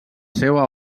seua